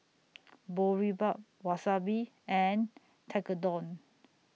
Boribap Wasabi and Tekkadon